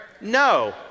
No